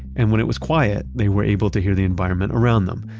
and when it was quiet, they were able to hear the environment around them.